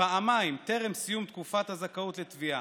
פעמיים טרם סיום תקופת הזכאות לתביעה: